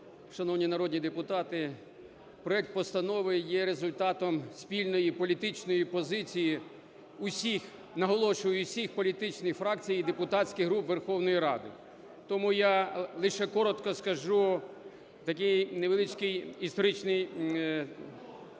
Шановні народні депутати! Проект Постанови є результатом спільної політичної позиції всіх, наголошую, всіх політичних фракцій і депутатських груп Верховної Ради, тому я лише коротко скажу такі невеличкі історичні факти.